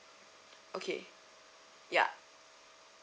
okay yup